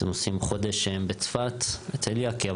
הם עושים חודש שהם בצפת אצל יקי,